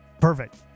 Perfect